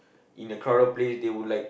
in a crowded place they would like